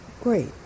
Great